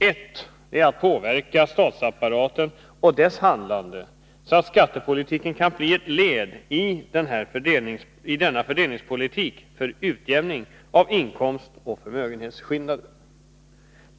Ett är att påverka statsapparaten och dess handlande så att skattepolitiken kan bli ett led i denna fördelningspolitik för utjämning av inkomstoch förmögenhetsskillnader.